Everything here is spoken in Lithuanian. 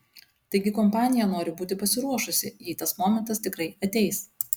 taigi kompanija nori būti pasiruošusi jei tas momentas tikrai ateis